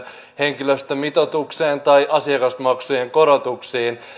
henkilöstömitoitukseen tai asiakasmaksujen korotuksiin